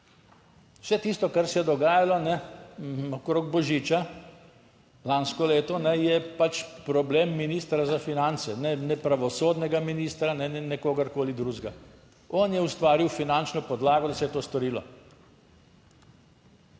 Vse tisto, kar se je dogajalo okrog božiča lansko leto, je pač problem ministra za finance, ne pravosodnega ministra, ne kogarkoli drugega. On je ustvaril finančno podlago, da se je to storilo.